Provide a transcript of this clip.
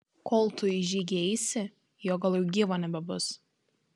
kol tu į žygį eisi jo gal jau gyvo nebebus